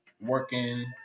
working